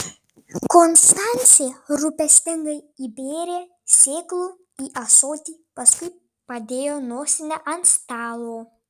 konstancija rūpestingai įbėrė sėklų į ąsotį paskui padėjo nosinę ant stalo